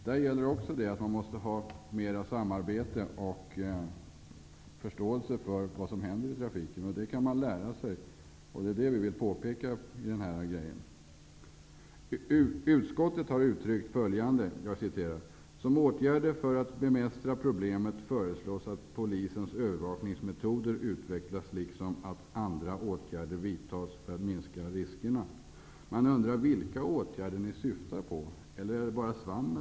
Där gäller också att det måste vara mera samarbete och förståelse för vad som händer i trafiken, och det kan man lära sig. Det är detta vi vill påpeka i motionen. Utskottet har skrivit följande: ''Som åtgärder för att bemästra problemet föreslås att polisens övervakningsmetod utvecklas liksom att andra åtgärder vidtas för att minska riskerna.'' Jag undrar vilka åtgärder utskottet syftar på. Eller är det bara svammel?